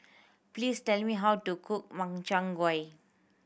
please tell me how to cook Makchang Gui